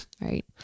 right